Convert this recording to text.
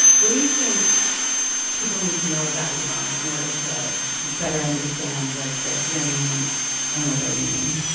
what do you think people need to know about iran in order to better understand what they're hearing and what they're reading?